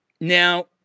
Now